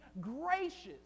gracious